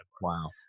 Wow